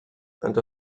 and